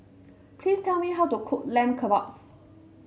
please tell me how to cook Lamb Kebabs